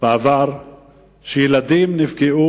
שילדים נפגעו